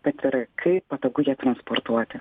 bet ir kaip patogu ją transportuoti